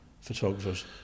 photographers